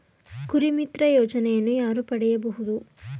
ಕುರಿಮಿತ್ರ ಯೋಜನೆಯನ್ನು ಯಾರು ಪಡೆಯಬಹುದು?